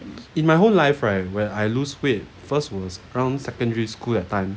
in my whole life right where I lose weight first was around secondary school that time